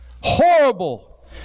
Horrible